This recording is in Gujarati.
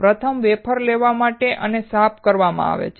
પ્રથમ વેફર લેવામાં અને સાફ કરવામાં આવે છે